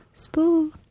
Spoo